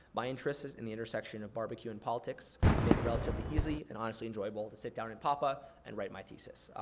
my interest in the intersection of barbecue and politics made it relatively easy and honestly enjoyable to sit down in papa and write my thesis.